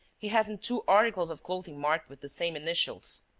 he hasn't two articles of clothing marked with the same initials.